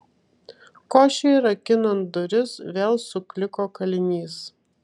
košei rakinant duris vėl sukliko kalinys